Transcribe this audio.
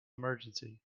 emergency